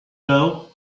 now